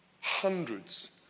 hundreds